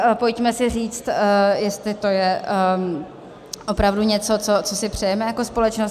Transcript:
Tak pojďme si říct, jestli to je opravdu něco, co si přejeme jako společnost.